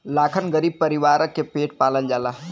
लाखन गरीब परीवार के पेट पालल जाला